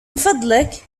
فضلك